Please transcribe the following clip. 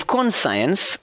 Conscience